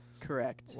Correct